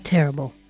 Terrible